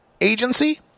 Agency